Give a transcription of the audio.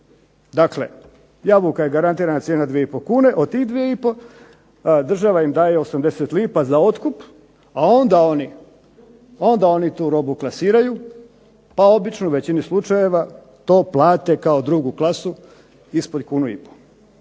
Dakle, jabuka je garantirana cijena 2 i pol kune. Od tih 2 i pol država im daje 80 lipa za otkup, a onda oni tu robu klasiraju, pa obično u većini slučajeva to plate kao drugu klasu ispod kunu i pol.